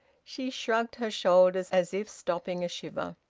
she shrugged her shoulders as if stopping a shiver.